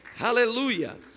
Hallelujah